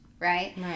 right